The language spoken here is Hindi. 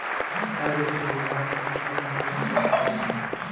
राजस्व विभाग कर का संकलन करता है